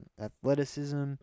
athleticism